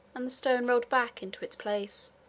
and the stone rolled back into its place.